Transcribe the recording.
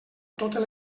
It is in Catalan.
totes